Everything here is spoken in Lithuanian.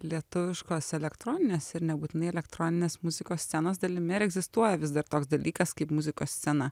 lietuviškos elektroninės ir nebūtinai elektroninės muzikos scenos dalimi ar egzistuoja vis dar toks dalykas kaip muzikos scena